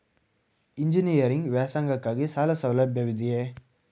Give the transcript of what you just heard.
Engineering ವ್ಯಾಸಂಗಕ್ಕಾಗಿ ಸಾಲ ಸೌಲಭ್ಯವಿದೆಯೇ?